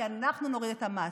כי אנחנו נוריד את המס.